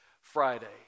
Friday